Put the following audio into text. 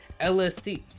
LSD